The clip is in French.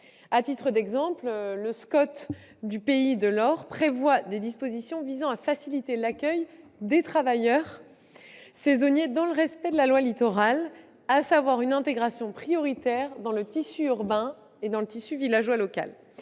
À titre d'exemple, le SCOT du pays de l'Or prévoit des dispositions visant à faciliter l'accueil des travailleurs saisonniers dans le respect de la loi Littoral, à savoir une intégration prioritaire dans le tissu urbain et dans le tissu villageois local.